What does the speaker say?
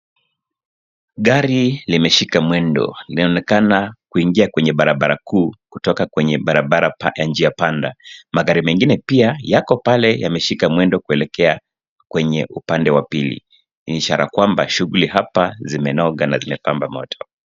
Gari limeshika mwendo linaonekana kuingia kwenye barabara kuu kutoka kwenye barabara ya njia panda. Magari mengine yako pia pale yemeshika mwendo kuelekea kwenye upande wa pili ishara kwamba shughuli hapa zimenoga na zimepamba moto.